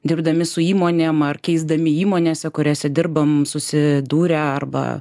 dirbdami su įmonėm ar keisdami įmonėse kuriose dirbam susidūrę arba